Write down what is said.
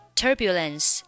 turbulence